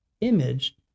image